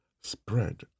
spread